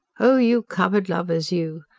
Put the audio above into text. oh, you cupboard lovers, you!